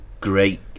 great